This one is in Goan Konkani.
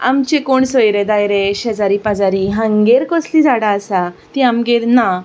आमचे कोण सोयरे धायरे शेजारी पाजारी हांगेर कसलीं झाडां आसा ती आमगेर ना